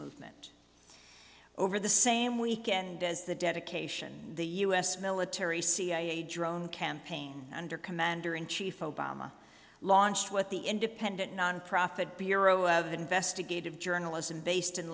movement over the same weekend as the dedication the u s military cia drone campaign under commander in chief obama launched what the independent nonprofit bureau of investigative journalism based in